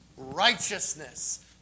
righteousness